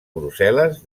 brussel·les